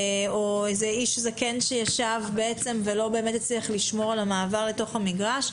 או איש זקן שישב ולא הצליח לשמור על המעבר לתוך המגרש.